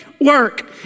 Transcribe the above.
work